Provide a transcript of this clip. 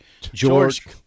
George